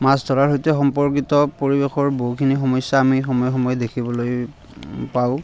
মাছ ধৰাৰ সৈতে সম্পৰ্কিত পৰিৱেশৰ বহুখিনি সমস্যা আমি সময়ে সময়ে দেখিবলৈ পাওঁ